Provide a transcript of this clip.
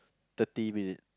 thirty minute